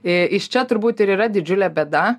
iš čia turbūt ir yra didžiulė bėda